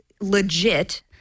legit